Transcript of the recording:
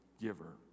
giver